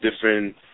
different